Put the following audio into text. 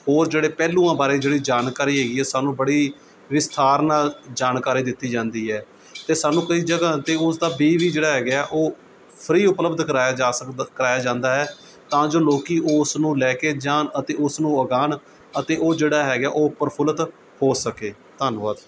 ਹੋਰ ਜਿਹੜੇ ਪਹਿਲੂਆਂ ਬਾਰੇ ਜਿਹੜੀ ਜਾਣਕਾਰੀ ਹੈਗੀ ਹੈ ਸਾਨੂੰ ਬੜੀ ਵਿਸਥਾਰ ਨਾਲ਼ ਜਾਣਕਾਰੀ ਦਿੱਤੀ ਜਾਂਦੀ ਹੈ ਅਤੇ ਸਾਨੂੰ ਕਈ ਜਗ੍ਹਾ 'ਤੇ ਉਸਦਾ ਬੀ ਵੀ ਜਿਹੜਾ ਹੈਗੈ ਉਹ ਫਰੀ ਉਪਲਬਧ ਕਰਵਾਇਆ ਜਾ ਸਕਦਾ ਕਰਵਾਇਆ ਜਾਂਦਾ ਹੈ ਤਾਂ ਜੋ ਲੋਕ ਉਸ ਨੂੰ ਲੈ ਕੇ ਜਾਣ ਅਤੇ ਉਸਨੂੰ ਉਗਾਉਣ ਅਤੇ ਉਹ ਜਿਹੜਾ ਹੈਗਾ ਉਹ ਪ੍ਰਫੁੱਲ਼ਿਤ ਹੋ ਸਕੇ ਧੰਨਵਾਦ